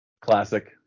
Classic